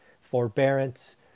forbearance